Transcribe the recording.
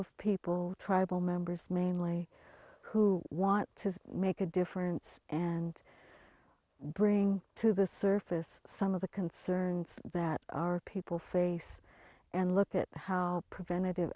of people tribal members mainly who want to make a difference and bring to the surface some of the concerns that our people face and look at how preventative